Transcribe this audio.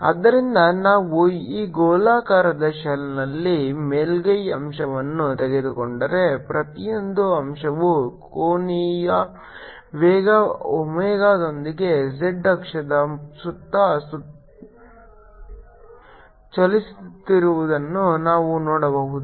ಆದ್ದರಿಂದ ನಾವು ಈ ಗೋಳಾಕಾರದ ಶೆಲ್ನಲ್ಲಿ ಮೇಲ್ಮೈ ಅಂಶವನ್ನು ತೆಗೆದುಕೊಂಡರೆ ಪ್ರತಿಯೊಂದು ಅಂಶವು ಕೋನೀಯ ವೇಗ ಒಮೆಗಾದೊಂದಿಗೆ z ಅಕ್ಷದ ಸುತ್ತ ಚಲಿಸುತ್ತಿರುವುದನ್ನು ನಾವು ನೋಡಬಹುದು